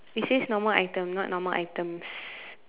it says normal item not normal items